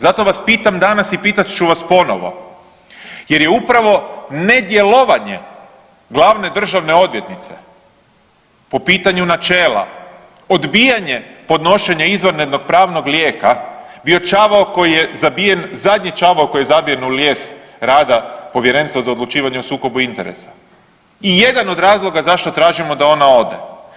Zato vas pitam danas i pitat ću vas ponovo jer je upravo nedjelovanje glavne državne odvjetnice po pitanju načela, odbijanje podnošenja izvanrednog pravnog lijeka bio čavao koji je zabijen, zadnji čavao koji je zabijen u lijes rada Povjerenstva za odlučivanje o sukobu interesa i jedan od razloga zašto tražimo da ona ode.